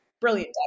brilliant